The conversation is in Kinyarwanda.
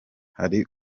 hari